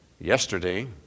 Yesterday